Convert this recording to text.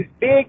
big